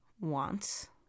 wants